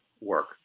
work